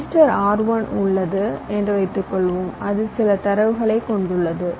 register R1 உள்ளது என்று வைத்துக்கொள்வோம் அது சில தரவுகளைக் கொண்டுள்ளது